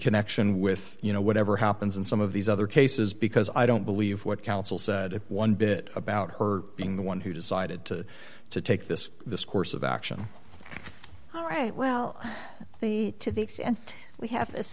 connection with you know whatever happens in some of these other cases because i don't believe what counsel said one bit about her being the one who decided to to take this this course of action all right well the to the extent we have this